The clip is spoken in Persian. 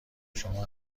شما